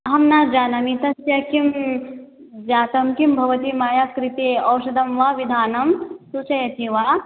अहं न जानामि तस्य किं जातं किं भवति मया कृते औषधं वा विधानं सूचयति वा